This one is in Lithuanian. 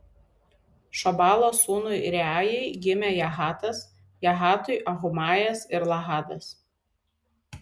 šobalo sūnui reajai gimė jahatas jahatui ahumajas ir lahadas